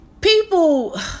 people